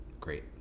great